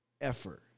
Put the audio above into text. effort